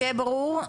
שיהיה ברור,